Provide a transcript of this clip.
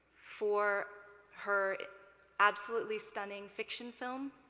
for her absolutely stunning fiction film,